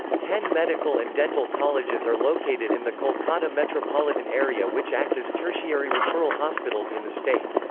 ten medical and dental colleges are located in the kolkata metropolitan area which act as tertiary referral hospitals in the state.